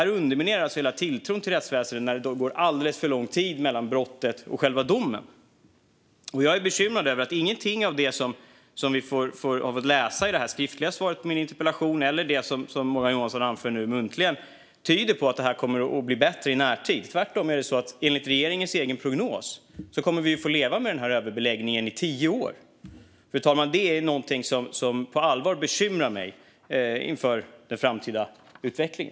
Det underminerar tyvärr hela tilltron till rättsväsendet när det går alldeles för lång tid mellan brottet och domen. Jag är bekymrad över att inget av det Morgan Johansson nu anför tyder på att detta kommer att bli bättre i närtid. Tvärtom kommer vi, enligt regeringens egen prognos, att få leva med överbeläggningen i tio år. Det är, fru talman, något som på allvar bekymrar mig inför den framtida utvecklingen.